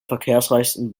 verkehrsreichsten